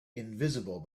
invisible